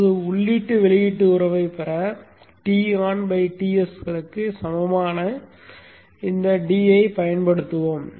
இப்போது உள்ளீட்டு வெளியீட்டு உறவைப் பெற TonTs களுக்குச் சமமான இந்த d யைப் பயன்படுத்துவோம்